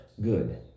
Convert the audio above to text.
good